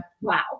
wow